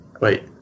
Wait